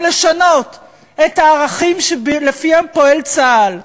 לשנות את הערכים שלפיהם פועל צה"ל.